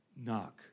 knock